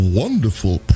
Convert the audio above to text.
wonderful